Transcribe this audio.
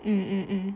mm